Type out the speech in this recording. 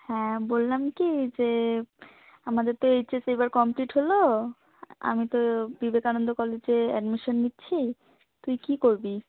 হ্যাঁ বললাম কী যে আমাদের তো এইচএস এবার কমপ্লিট হলো আমি তো বিবেকানন্দ কলেজে অ্যাডমিশান নিচ্ছি তুই কী করবি